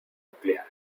nuclear